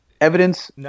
evidence